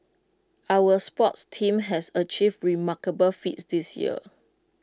our sports teams has achieved remarkable feats this year